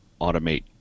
automate